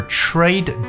trade